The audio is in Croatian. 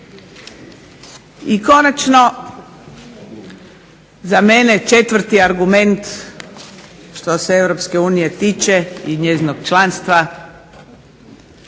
I konačno, za mene 4. argument što se EU tiče i njezinog članstva